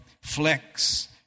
Flex